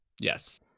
Yes